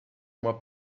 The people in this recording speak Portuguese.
uma